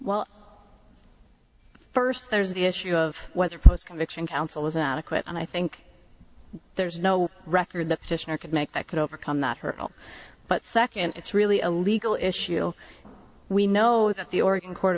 well first there's the issue of whether post conviction counsel is adequate and i think there's no record the petitioner could make that could overcome that hurdle but second it's really a legal issue we know that the oregon court